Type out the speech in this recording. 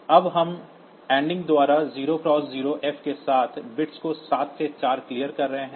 अब हम एंडिंग द्वारा 0 x 0 f के साथ बिट्स को सात से चार क्लियर कर रहे हैं